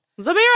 Zamira